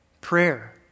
Prayer